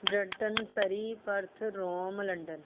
Brampton Surrey Perth Rome London